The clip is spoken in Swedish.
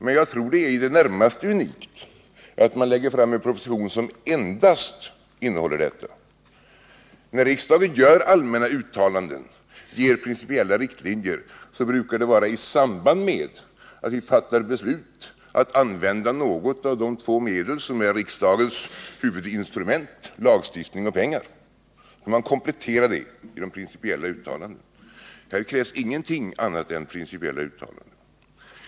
Men jag tror att det är i det närmaste unikt att man lägger fram en proposition som endast innehåller detta. När riksdagen gör allmänna uttalanden eller ger principiella riktlinjer brukar det vara i samband med att vi fattar beslut om att använda något av de två medel som är riksdagens huvudinstrument: lagstiftning och pengar. Man kompletterar då detta med principiella uttalanden. Här krävs inget annat än principiella uttalanden.